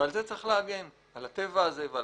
ועל זה צריך להגן - על הטבע הזה ועל